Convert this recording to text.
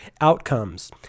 outcomes